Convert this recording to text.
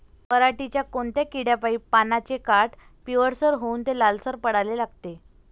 पऱ्हाटीवर कोनत्या किड्यापाई पानाचे काठं पिवळसर होऊन ते लालसर पडाले लागते?